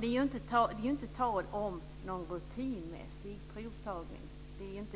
Det är inte tal om någon rutinmässig provtagning -